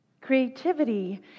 Creativity